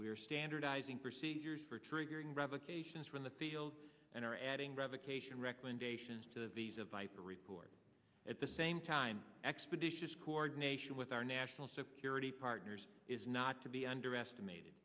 are standardizing procedures for triggering revocations from the field and are adding revocation recommendations to the visa viper report at the same time expeditious coordination with our national security partners is not to be underestimated